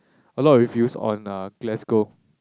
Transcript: a lot of reviews on err Glasgow